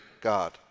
God